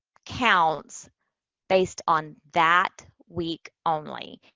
counts based on that week only.